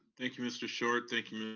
thank you, mr. short, thank you,